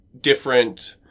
different